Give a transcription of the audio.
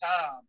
time